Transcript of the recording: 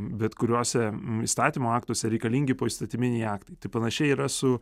bet kuriuose įstatymų aktuose reikalingi poįstatyminiai aktai tai panašiai yra su